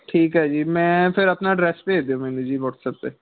ਠੀਕ ਹੈ ਜੀ ਮੈਂ ਫਿਰ ਆਪਣਾ ਐਡਰੈੱਸ ਭੇਜ ਦੇਵਾਂਗਾ ਜੀ ਵੱਟਸਐਪ 'ਤੇ